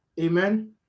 Amen